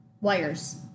wires